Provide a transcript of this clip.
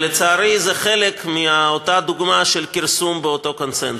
לצערי זה חלק מאותה דוגמה לכרסום באותו קונסנזוס.